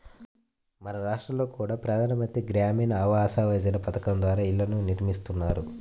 మన రాష్టంలో కూడా ప్రధాన మంత్రి గ్రామీణ ఆవాస్ యోజన పథకం ద్వారా ఇళ్ళను నిర్మిస్తున్నారు